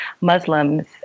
Muslims